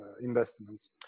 investments